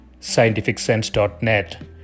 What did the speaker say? scientificsense.net